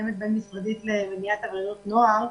מתאמת בין-משרדית למניעת עבריינות נוער.